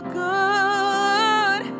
good